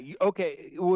okay